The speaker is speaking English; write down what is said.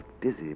dizzy